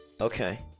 Okay